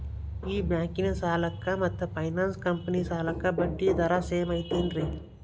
ಈ ಬ್ಯಾಂಕಿನ ಸಾಲಕ್ಕ ಮತ್ತ ಫೈನಾನ್ಸ್ ಕಂಪನಿ ಸಾಲಕ್ಕ ಬಡ್ಡಿ ದರ ಸೇಮ್ ಐತೇನ್ರೇ?